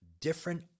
different